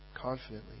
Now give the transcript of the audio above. confidently